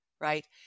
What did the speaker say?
right